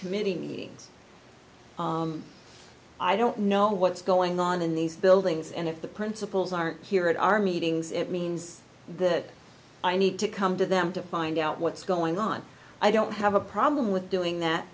e i don't know what's going on in these buildings and if the principals aren't here at our meetings it means that i need to come to them to find out what's going on i don't have a problem with doing that